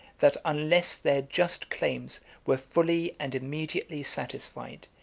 that unless their just claims were fully and immediately satisfied,